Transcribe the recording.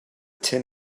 tin